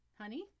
honey